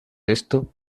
esto